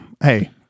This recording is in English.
hey